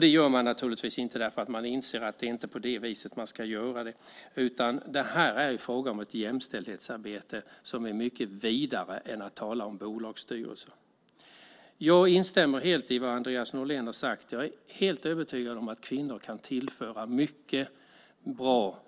Det gör man naturligtvis inte därför att man inser att det inte är på det viset man ska göra det. Det är fråga om ett jämställdhetsarbete som är mycket vidare än att tala om bolagsstyrelser. Jag instämmer helt i vad Andreas Norlén har sagt. Jag är helt övertygad om att kvinnor kan tillföra mycket bra